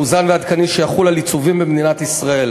מאוזן ועדכני שיחול על עיצובים במדינת ישראל.